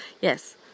Yes